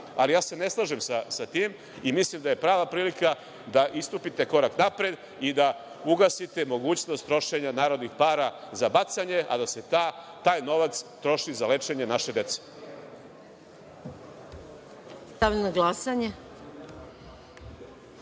Ali, ne slažem se sa tim i mislim da je prava prilika da istupite korak napred i da ugasite mogućnost trošenja narodnih para za bacanje, a da se taj novac troši za lečenje naše dece. **Maja